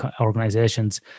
organizations